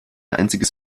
einziges